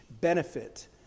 benefit